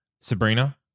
Sabrina